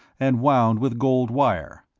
and wound with gold wire.